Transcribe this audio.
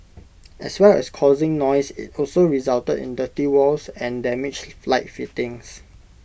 as well as causing noise IT also resulted in dirty walls and damaged light fittings